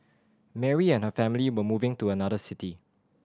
Mary and her family were moving to another city